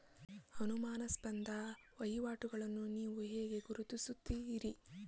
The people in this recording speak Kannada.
ಅನುಮಾನಾಸ್ಪದ ವಹಿವಾಟುಗಳನ್ನು ನೀವು ಹೇಗೆ ಗುರುತಿಸುತ್ತೀರಿ?